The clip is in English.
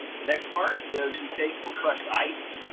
the next part is you take some crushed ice.